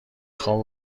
خواب